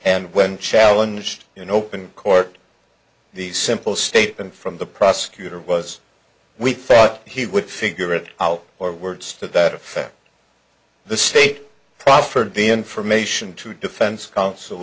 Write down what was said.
and when challenged you know open court the simple statement from the prosecutor was we thought he would figure it out or words to that effect the state proffered the information to defense counsel